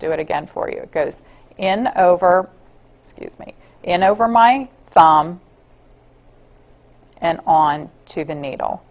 do it again for you it goes in over me and over my thumb and on to the needle